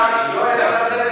אתה יודע כמה זמן,